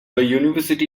university